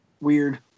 Weird